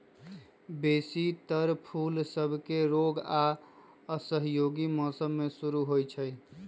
बेशी तर फूल सभके रोग आऽ असहयोगी मौसम में शुरू होइ छइ